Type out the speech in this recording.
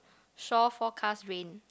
shore forecast rain